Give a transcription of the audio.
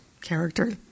character